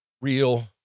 real